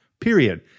period